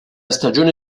stagione